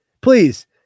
please